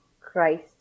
Christ